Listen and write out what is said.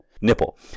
Nipple